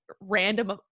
random